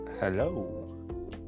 hello